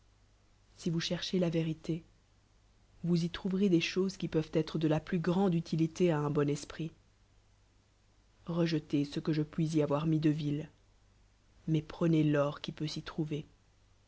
si vous c h rchez la vérité vow y trouverez des chosu qui peuvent être delaplus grande utilité à un bon esprit rejetez ce que je puis y avoir mis de vil mais prenez l'or qui peut l'y trouve